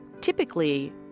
Typically